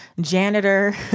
janitor